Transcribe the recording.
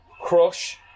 Crush